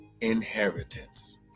inheritance